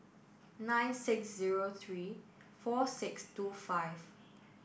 nine six zero three four six two five